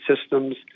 systems